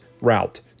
route